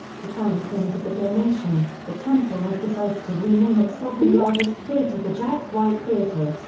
to thank him for the donation, the temple has decided to rename its second largest theater the jack white theater.